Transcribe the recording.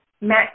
Matt